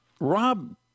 Rob